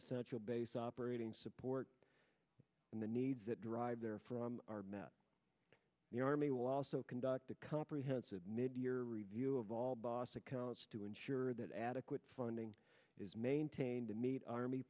essential base operating support and the need that drive there from are met the army will also conduct a comprehensive mid year review of all loss accounts to ensure that adequate funding is maintained to meet army